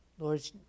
Lord